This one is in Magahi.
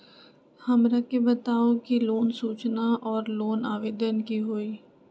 हमरा के बताव कि लोन सूचना और लोन आवेदन की होई?